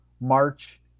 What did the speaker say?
March